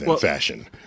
fashion